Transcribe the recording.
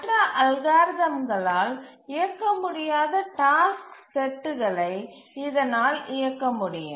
மற்ற அல்காரிதம்களால் இயக்க முடியாத டாஸ்க்குகளை டாஸ்க் செட்களை இதனால் இயக்க முடியும்